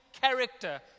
character